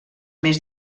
més